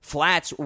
Flats